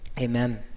amen